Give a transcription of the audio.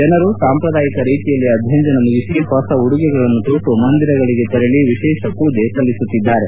ಜನರು ಸಾಂಪ್ರದಾಯಿಕ ರೀತಿಯಲ್ಲಿ ಅಭ್ಯಂಜನ ಮುಗಿಸಿ ಹೊಸ ಉಡುಗೆಗಳನ್ನು ತೊಟ್ಲು ಮಂದಿರಗಳಿಗೆ ತೆರಳಿ ವಿಶೇಷ ಪೂಜೆ ಸಲ್ಲಿಸುತ್ತಿದ್ದಾರೆ